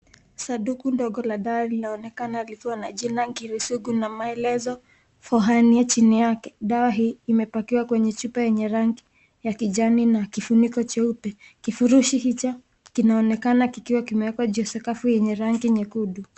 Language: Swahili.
Sanduku ndogo la dawa linaonekana likiwa na jina Ngiri Sugu na maelezo for Hernia chini yake. Dawa hii imepakiwa kwenye chupa rangi ya kijani na kifuniko cheupe. Kifurushi hicho kinaonekana kikiwa kimewekwa juu ya sakafu yenye rangi nyekundu.